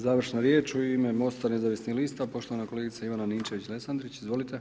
Završna riječ u ime Mosta nezavisnih lista, poštovana kolegica Ivana Ninčević Lesandrić, izvolite.